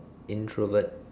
introvert